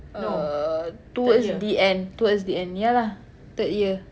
err towards the end towards the end ya lah third year